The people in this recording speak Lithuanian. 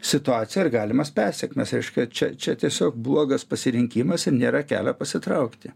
situaciją ir galimas pesekmes reiškia čia čia tiesiog blogas pasirinkimas ir nėra kelio pasitraukti